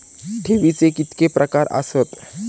ठेवीचे कितके प्रकार आसत?